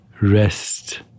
Rest